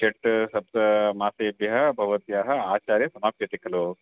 षट् सप्त मासेभ्यः भवत्याः आचार्य समाप्यते खलु